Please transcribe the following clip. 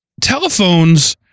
telephones